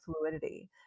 fluidity